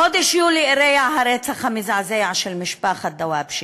בחודש יולי אירע הרצח המזעזע של משפחת דוואבשה,